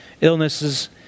illnesses